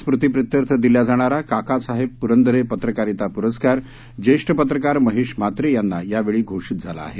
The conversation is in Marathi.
स्मृतीप्रत्यर्थदिला जाणारा काकासाहेब पुरंदरे पत्रकारिता पुरस्कार जेष्ठ पत्रकार महेश म्हात्रे यांना यावेळी घोषित झाला आहे